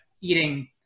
eating